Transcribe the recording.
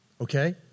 Okay